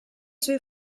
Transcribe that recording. suoi